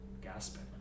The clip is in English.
gasping